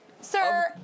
Sir